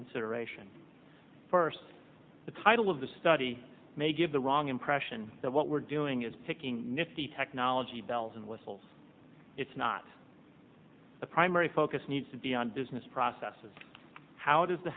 consideration first the title of the study may give the wrong impression that what we're doing is picking nifty technology bells and whistles it's not the primary focus needs to be on business processes how does the